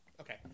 okay